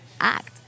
act